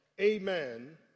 amen